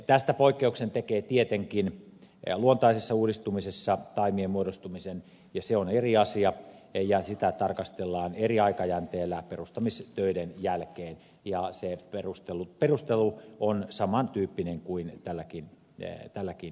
tästä poikkeuksen tekee tietenkin luontaisessa uudistumisessa taimien muodostuminen ja se on eri asia ja sitä tarkastellaan eri aikajänteellä perustamistöiden jälkeen ja se perustelu on saman tyyppinen kuin tälläkin hetkellä